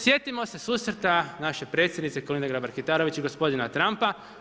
Sjetimo se susreta naše predsjednice Kolinde Grabar-Kitarović i gospodina Trumpa.